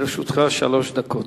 לרשותך שלוש דקות.